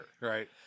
Right